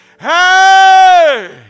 Hey